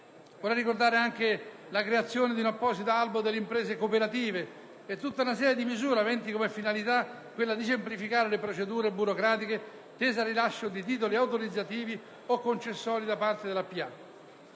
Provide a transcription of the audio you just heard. cooperative, attraverso la creazione di un apposito albo delle imprese cooperative, e una serie di misure aventi come finalità la semplificazione delle procedure burocratiche tese al rilascio di titoli autorizzativi o concessori da parte della